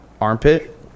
armpit